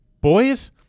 boys